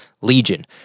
Legion